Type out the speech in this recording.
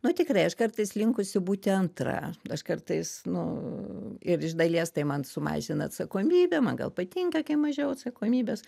nu tikrai aš kartais linkusi būti antra aš kartais nu ir iš dalies tai man sumažina atsakomybę man gal patinka kai mažiau atsakomybės